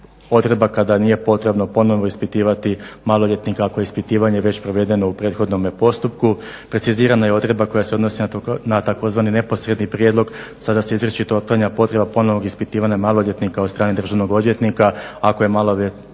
potreba kada nije potrebno ponovo ispitivati maloljetnika ako je ispitivanje već provedeno u prethodnome postupku. Precizirana je odredba koja se odnosi na tzv. neposredni prijedlog. Sada se izričito otklanja potreba ponovnog ispitivanja maloljetnika od strane državnog odvjetnika ako je maloljetnik